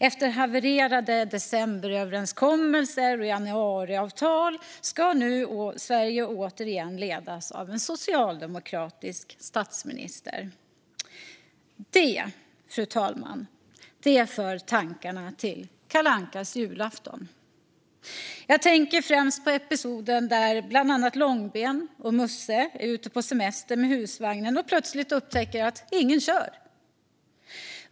Efter havererade decemberöverenskommelser och januariavtal ska nu Sverige återigen ledas av en socialdemokratisk statsminister. Det, fru talman, för tankarna till Kalle Anka på julafton. Jag tänker främst på episoden där bland annat Långben och Musse Pigg är ute på semester med husvagnen och plötsligt upptäcker att ingen kör.